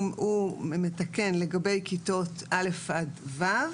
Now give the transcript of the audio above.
התיקון בעצם מתקן לגבי כיתות א'-ו',